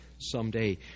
Someday